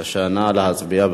נא להצביע.